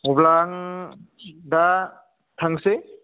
अब्ला आं दा थांनोसै